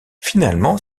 finalement